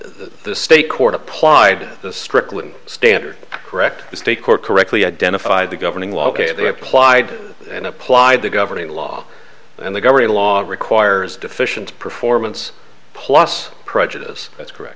the state court applied the strickland standard correct mistake or correctly identified the governing law they applied and applied the governing law and the governing law requires deficient performance plus prejudice that's correct